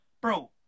Bro